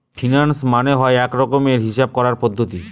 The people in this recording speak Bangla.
ফিন্যান্স মানে হয় এক রকমের হিসাব করার পদ্ধতি